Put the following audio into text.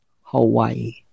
Hawaii